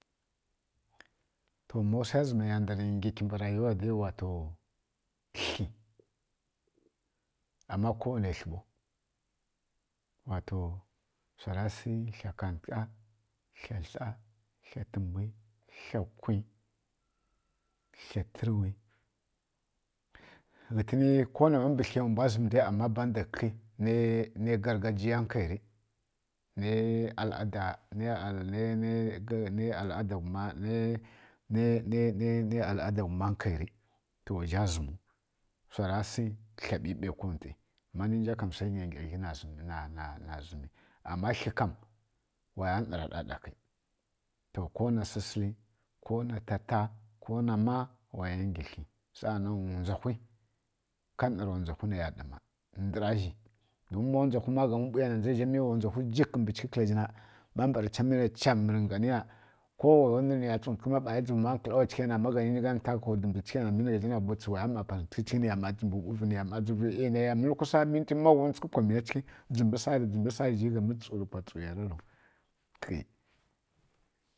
To ma wsa zǝmaiya ngi mbǝ rayuwa ya na wato kli, ama kowanai kli ɓau wato wsara sǝ kla kantǝgha kla tǝmbwu kla kwi kla tǝruwi ghǝtǝni ko nama mbǝ klai mbwa zǝm dai ama banda kla kǝgli nai gargajiya nkairi nai al‘ada ghuma nkairi to zha zǝmu wsa ra sǝ kla ɓiɓai kwan wti sai ngyangyadli na zǝm ama kli kam waya ˈnara ldaɗaghi to ko na sǝsǝli ko na tata ko na ma nama waya ngi kli sannan waya ˈnara wndzawhgu naiya ɗa ma nwdzawhu maya gharǝ ɓu mi wa nwdzawhu kǝla zhi jikǝ mbǝ ghi na ma ˈnarri ya rǝ nganǝ ya ˈnarǝ na ko waya dzuvi pughǝrǝ babali na mi nǝgha na bwuts waya ˈma pazhi chighi ˈma niya nˈma dzimbǝ ɓuvi ˈyi naiya dzimbǝ nkwangyinwtsughi magwunwtsughi kwa miya chighǝ dzimbǝ sari dzimbǝ sari zhi ƙiɓa tsu rǝ pwa giya niya tsu ru khi